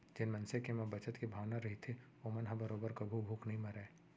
जेन मनसे के म बचत के भावना रहिथे ओमन ह बरोबर कभू भूख नइ मरय